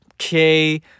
Okay